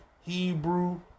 Hebrew